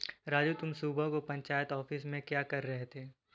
राजू तुम सुबह को पंचायत ऑफिस में क्या कर रहे थे?